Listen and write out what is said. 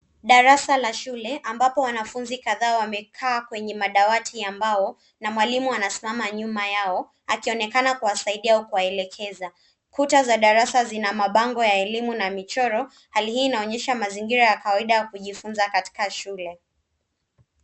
Darasa la shule ambapo wanafunzi kadhaa wamekaa kwenye madawati ya mbao na mwalimu anasimama nyuma yao akionekana kuwasaidia au kuwaelekeza. Kuta za darasa zina mabango ya elimu na michoro. Hali hii inaonyesha mazingira ya kawaida ya kujifunza katika shule.